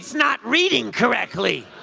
not reading correctly.